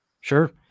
Sure